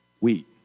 wheat